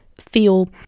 feel